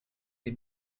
des